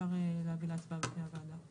אפשר להביא להצבעה בפני הוועדה.